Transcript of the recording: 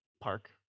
Park